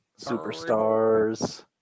Superstars